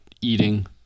Eating